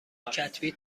کتبی